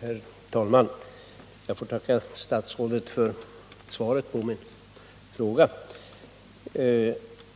Herr talman! Jag får tacka statsrådet för svaret på min fråga.